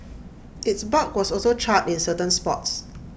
its bark was also charred in certain spots